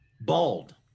Bald